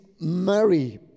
Mary